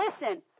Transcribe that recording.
Listen